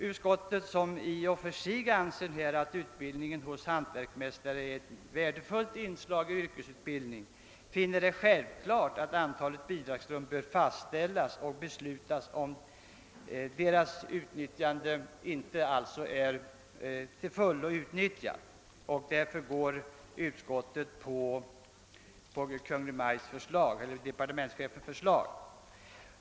Utskottet, som i och för sig anser att utbildningen hos hantverksmästare är ett värdefullt inslag i yrkesutbildningen, finner det självklart att antalet bidragsrum bör fastställas och beslutas även om dessa inte är till fullo utnyttjade. Därför går utskottet på departementschefens förslag.